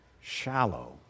shallow